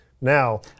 Now